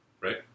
right